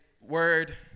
word